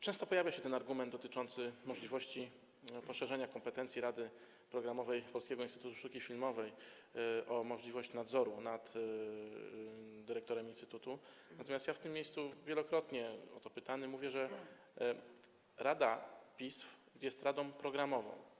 Często pojawia się argument dotyczący możliwości poszerzania kompetencji rady programowej Polskiego Instytutu Sztuki Filmowej o możliwość sprawowania nadzoru nad dyrektorem instytutu, natomiast ja w tym miejscu wielokrotnie o to pytany mówię, że rada PISF jest radą programową.